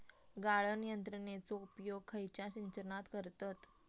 गाळण यंत्रनेचो उपयोग खयच्या सिंचनात करतत?